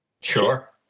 Sure